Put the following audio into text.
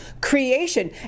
creation